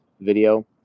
video